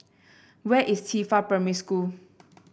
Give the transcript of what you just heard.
where is Qifa Primary School